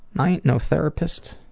i ain't no therapist.